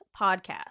podcast